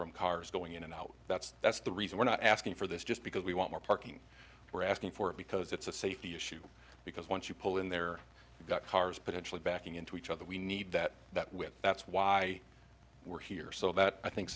from cars going in and out that's that's the reason we're not asking for this just because we want more parking we're asking for it because it's a safety issue because once you pull in there you've got cars potentially backing into each other we need that that with that's why we're here so that i think